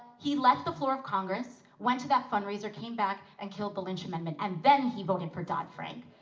he left the floor of congress, went to that fundraiser, came back and killed the lynch amendment, and then he voted for dodd-frank.